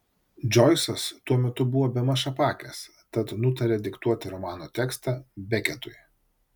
džoisas tuo metu buvo bemaž apakęs tad nutarė diktuoti romano tekstą beketui